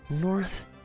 North